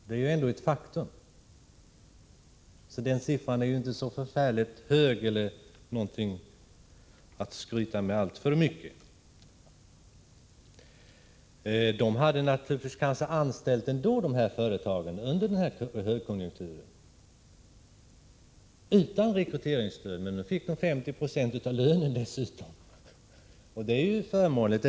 Det är ett faktum. Den siffran är alltså inte så förfärligt hög att den är någonting att skryta med alltför mycket. De här företagen hade naturligtvis anställt en del ny personal under denna högkonjunktur även utan rekryteringsstöd, men nu fick de dessutom 50 96 av lönen i bidrag. Det är ju förmånligt.